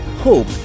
hope